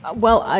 ah well,